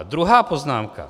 Druhá poznámka.